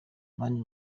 mani